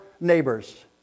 neighbors